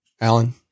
Alan